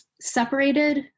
separated